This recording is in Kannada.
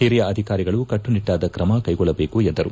ಓರಿಯ ಅಧಿಕಾರಿಗಳು ಕಟ್ಟುನಿಟ್ಟಾದ ಕ್ರಮ ಕೈಗೊಳ್ಳಬೇಕು ಎಂದರು